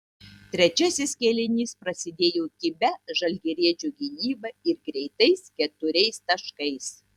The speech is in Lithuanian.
trečiasis kėlinys prasidėjo kibia žalgiriečių gynyba ir greitais keturiais taškais